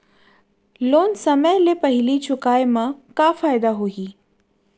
Loan समय ले पहिली चुकाए मा का फायदा होही?